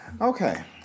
Okay